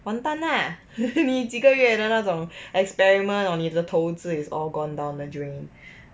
完蛋 lah 你几个月的那种 experiment on 你的投资 is all gone down the drain